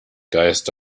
geist